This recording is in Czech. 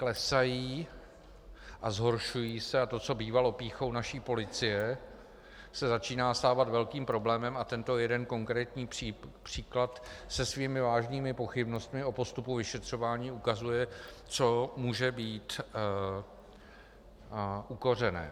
Klesají a zhoršují se a to, co bývalo pýchou naší policie, se začíná stávat velkým problémem a tento jeden konkrétní příklad se svými vážnými pochybnostmi o postupu vyšetřování ukazuje, co může být u kořene.